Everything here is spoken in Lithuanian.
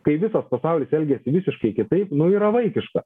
kai visas pasaulis elgiasi visiškai kitaip nu yra vaikiška